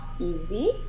easy